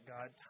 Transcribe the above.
God